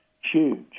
huge